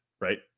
Right